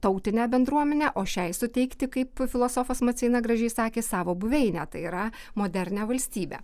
tautinę bendruomenę o šiai suteikti kaip filosofas maceina gražiai sakė savo buveinę tai yra modernią valstybę